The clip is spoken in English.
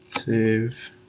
Save